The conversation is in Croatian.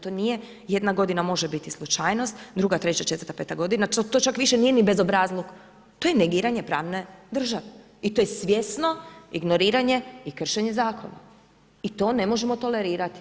to nije jedna godina može biti slučaj, druga, treća, četvrta, peta godina to čak više nije ni bezobrazluk, to je negiranje pravne države i to je svjesno ignoriranje i kršenje zakona i to ne možemo tolerirati.